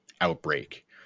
outbreak